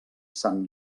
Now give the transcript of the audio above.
sant